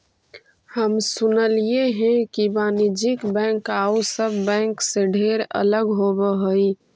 हम सुनलियई हे कि वाणिज्य बैंक आउ सब बैंक से ढेर अलग होब हई